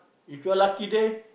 if you're lucky there